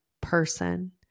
person